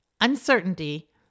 uncertainty